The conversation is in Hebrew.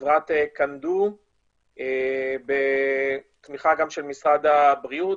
חברת קנדו בתמיכה של משרד הבריאות,